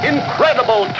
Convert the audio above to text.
Incredible